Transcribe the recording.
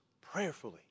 prayerfully